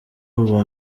uwo